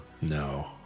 No